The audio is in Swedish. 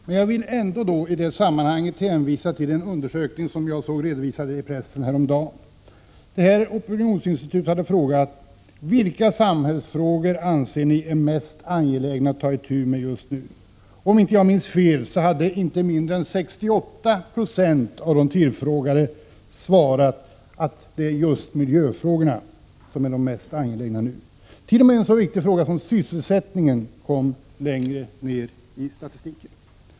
Jag vill ändå i det här sammanhanget hänvisa till en undersökning som jag såg redovisad i pressen härom dagen. Opinionsinstitutet hade frågat: Vilka samhällsfrågor anser ni är mest angelägna att ta itu med just nu? Om inte jag minns fel hade inte mindre än 68 96 av de tillfrågade svarat att miljöfrågorna är de mest angelägna just nu. T. o. m. en så viktig fråga som sysselsättningen kom längre ned i statistiken.